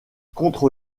contre